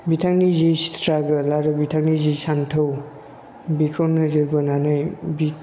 बिथांनि जि स्थ्रागोल आरो बिथांनि जि सानथौ बिखौ नोजोर बोनानै बिथ